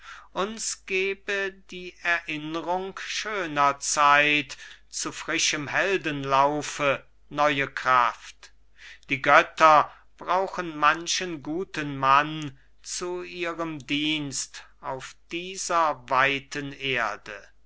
uns gebe die erinnrung schöner zeit zu frischem heldenlaufe neue kraft die götter brauchen manchen guten mann zu ihrem dienst auf dieser weiten erde